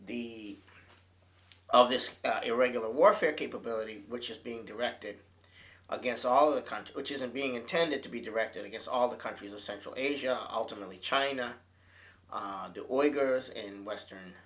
the of this irregular warfare capability which is being directed against all the country which isn't being intended to be directed against all the countries of central asia ultimately china leaders in western